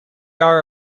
are